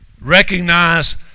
recognize